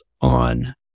on